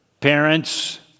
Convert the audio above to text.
Parents